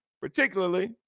particularly